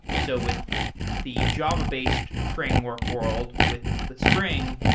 so with the java-based framework world, with with spring,